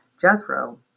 Jethro